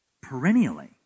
perennially